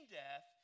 death